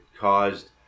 caused